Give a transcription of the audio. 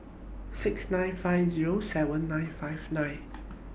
six nine five Zero seven nine five nine